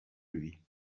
lui